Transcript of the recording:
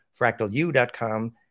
fractalu.com